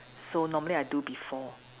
so normally I do before